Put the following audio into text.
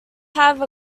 have